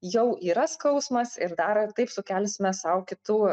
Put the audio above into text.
jau yra skausmas ir dar taip sukelsime sau kitų